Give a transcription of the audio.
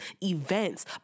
events